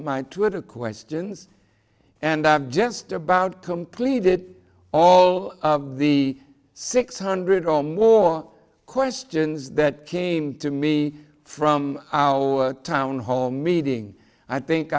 my twitter questions and just about completed all of the six hundred or more questions that came to me from our town hall meeting i think